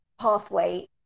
pathway